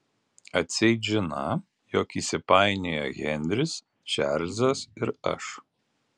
atseit žiną jog įsipainioję henris čarlzas ir aš